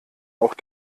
auch